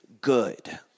good